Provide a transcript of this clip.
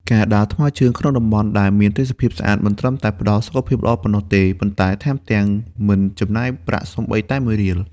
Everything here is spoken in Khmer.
ការដើរថ្មើរជើងក្នុងតំបន់ដែលមានទេសភាពស្អាត មិនត្រឹមតែផ្តល់សុខភាពល្អប៉ុណ្ណោះទេ ប៉ុន្តែថែមទាំងមិនចំណាយប្រាក់សូម្បីតែមួយរៀល។